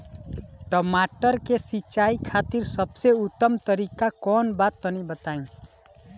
टमाटर के सिंचाई खातिर सबसे उत्तम तरीका कौंन बा तनि बताई?